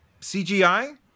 cgi